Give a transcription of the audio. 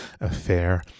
Affair